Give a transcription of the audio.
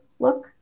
look